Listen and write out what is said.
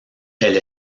elle